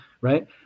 right